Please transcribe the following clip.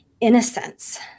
innocence